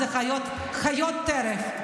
זה חיות טרף.